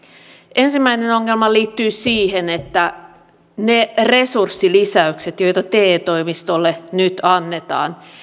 ensimmäinen ongelma liittyy siihen että ne resurssilisäykset joita te toimistoille nyt annetaan